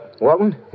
Walton